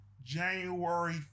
January